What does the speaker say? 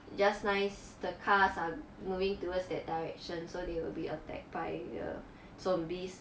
just nice the cars are moving towards that direction so they will be attacked by err zombies